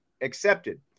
accepted